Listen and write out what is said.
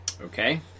Okay